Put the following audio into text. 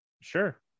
Sure